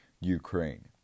Ukraine